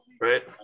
Right